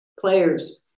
players